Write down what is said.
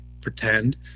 pretend